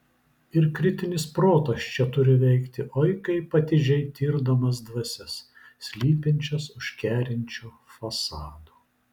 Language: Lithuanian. ir kritinis protas čia turi veikti oi kaip atidžiai tirdamas dvasias slypinčias už kerinčio fasado